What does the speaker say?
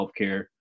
healthcare